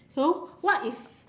so what is